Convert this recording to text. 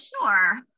Sure